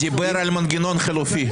גם --- דיבר על מנגנון חלופי.